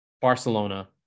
Barcelona